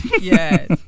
yes